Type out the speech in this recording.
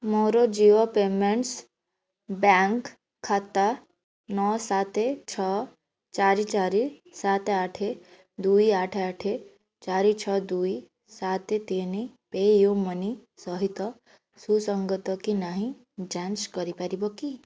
ମୋର Jio payments bank ଖାତା ନଅ ସାତେ ଛଅ ଚାରି ଚାରି ସାତେ ଆଠେ ଦୁଇ ଆଠେ ଆଠେ ଚାରି ଛଅ ଦୁଇ ସାତେ ତିନ ପେୟୁ ମନି ସହିତ ସୁସଙ୍ଗତ କି ନାହିଁ ଯାଞ୍ଚ କରିପାରିବ କି